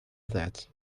that